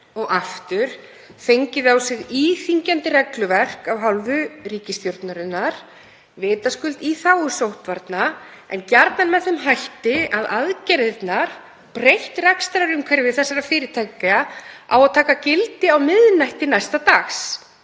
og aftur fengið á sig íþyngjandi regluverk af hálfu ríkisstjórnarinnar, vitaskuld í þágu sóttvarna en gjarnan með þeim hætti að aðgerðirnar sem valda breyttu rekstrarumhverfi þessara fyrirtækja eiga að taka gildi á miðnætti næsta dags,